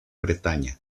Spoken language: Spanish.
bretaña